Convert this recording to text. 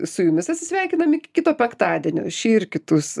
su jumis atsisveikinam iki kito penktadienio šį ir kitus